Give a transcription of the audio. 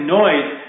noise